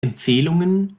empfehlungen